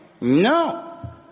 No